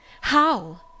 How